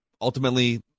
Ultimately